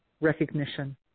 recognition